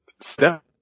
step